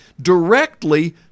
directly